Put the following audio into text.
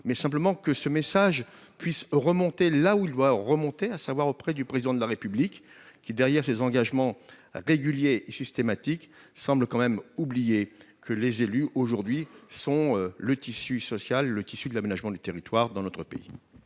mais simplement que ce message puisse remonter là où il doit remonter à savoir auprès du président de la République qui, derrière ses engagements régulier juste thématique semble quand même oublier que les élus aujourd'hui sont le tissu social, le tissu de l'aménagement du territoire, dans notre pays.